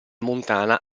montana